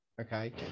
Okay